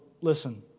Listen